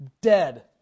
dead